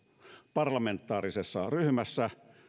parlamentaarisessa ryhmässä